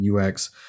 UX